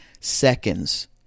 seconds